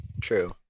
true